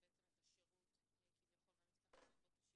את השירות כביכול ומי שצריך לתת את זה,